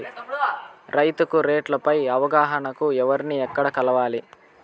రైతుకు రేట్లు పై అవగాహనకు ఎవర్ని ఎక్కడ కలవాలి?